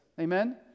Amen